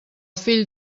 fill